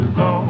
go